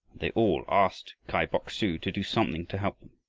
they all asked kai bok-su to do something to help them.